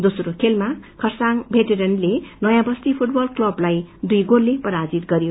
दोस्रो खेलामा खरसाङ भेटरेनले नयाँ बस्ती फूटवल क्लवलाई दुई गोलले पराजित गरयो